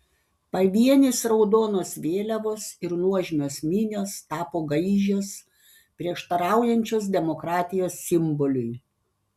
pavienės raudonos vėliavos ir nuožmios minios tapo gaižios prieštaraujančios demokratijos simboliui